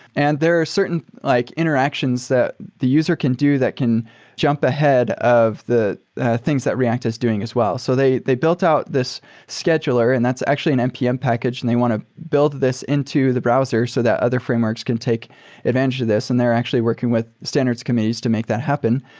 and there are certain like interactions that the user can do that can jump ahead of the things that react is doing as well. so they they built out this scheduler and that's actually an npm package and they want to build this into the browser so that other frameworks can take advantage of this and they're actually working with standards committees to make that happen.